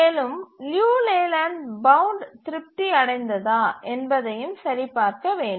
மேலும் லியு லேலேண்ட் பவுண்ட் திருப்தி அடைந்ததா என்பதையும் சரிபார்க்க வேண்டும்